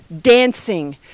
dancing